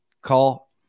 call